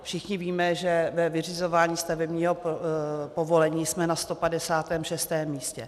Všichni víme, že ve vyřizování stavebního povolení jsme na 156. místě.